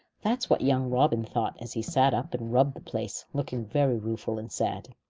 that is what young robin thought as he sat up and rubbed the place, looking very rueful and sad.